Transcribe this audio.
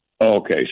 Okay